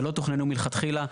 שלא תוכננו מלכתחילה,